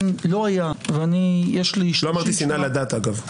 לא אמרתי שנאה לדת, אגב.